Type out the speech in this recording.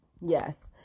yes